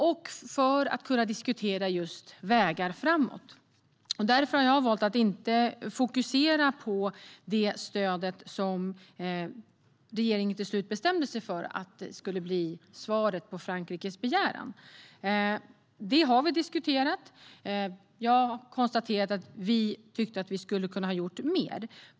Vi begärde debatten för att kunna diskutera vägar framåt. Därför har jag valt att inte fokusera på det stöd regeringen till slut bestämde sig för skulle bli svaret på Frankrikes begäran. Det har diskuterats, och jag har konstaterat att vi tyckte att det skulle kunna ha gjorts mer.